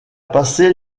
passé